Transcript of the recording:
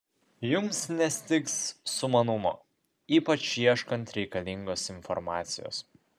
jums nestigs sumanumo ypač ieškant reikalingos informacijos